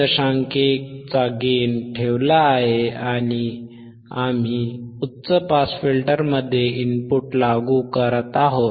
1 चा गेन ठेवला आहे आणि आम्ही उच्च पास फिल्टरमध्ये इनपुट लागू करत आहोत